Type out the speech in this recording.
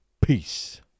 Peace